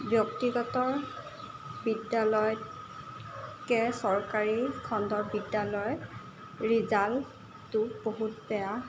ব্যক্তিগত বিদ্যালয়তকৈ চৰকাৰী খণ্ড বিদ্যালয় ৰিজাল্টটো বহুত বেয়া